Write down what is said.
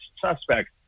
suspect